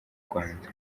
rwanda